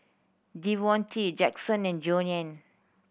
Devonte Jaxson and Joanie